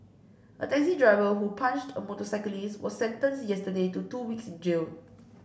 a taxi driver who punched a motorcyclist was sentenced yesterday to two weeks in jail